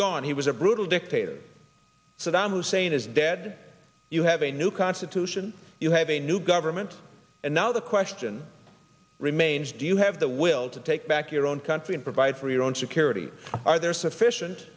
gone he was a brutal dictator saddam hussein is dead you have a new constitution you have a new government and now the question remains do you have the will to take back your own country and provide for your own security are there sufficient